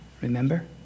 remember